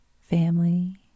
family